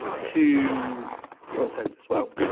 to front-end as well.